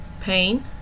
Pain